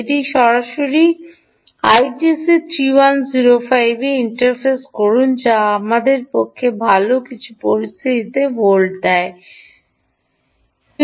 এটি সরাসরি আইটিসি 3105 এ ইন্টারফেস করুন যা আমাদের পক্ষে ভাল কিছু পরিস্থিতিতে ভোল্ট যদি